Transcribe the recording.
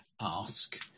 ask